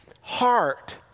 heart